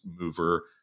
mover